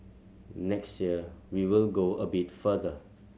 next year we will go a bit further